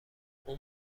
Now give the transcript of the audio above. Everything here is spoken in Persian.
اون